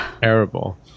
terrible